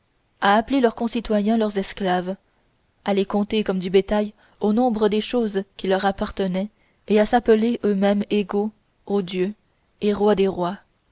à appeler leurs concitoyens leurs esclaves à les compter comme du bétail au nombre des choses qui leur appartenaient et à s'appeler eux-mêmes égaux aux dieux et rois des rois